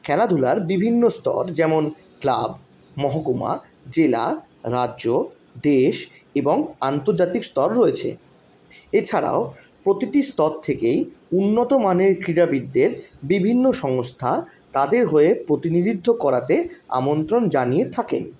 খেলাধুলার বিভিন্ন স্তর যেমন ক্লাব মহকুমা জেলা রাজ্য দেশ এবং আন্তর্জাতিক স্তর রয়েছে এছাড়াও প্রতিটি স্তর থেকেই উন্নতমানের ক্রীড়াবিদদের বিভিন্ন সংস্থা তাদের হয়ে প্রতিনিধিত্ব করাতে আমন্ত্রণ জানিয়ে থাকে